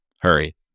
Hurry